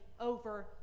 over